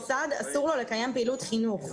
פעילות חינוך.